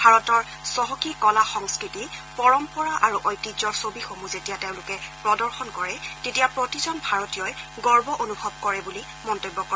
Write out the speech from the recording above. ভাৰতৰ চহকী কলা সংস্থতি পৰম্পৰা আৰু ঐতিহ্যৰ ছবিসমূহ যেতিয়া তেওঁলোকে প্ৰদৰ্শন কৰে তেতিয়া প্ৰতিজন ভাৰতীয়ই গৰ্ব অনুভৱ কৰে বুলি মন্তব্য কৰে